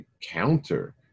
counter